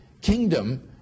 kingdom